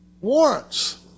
Warrants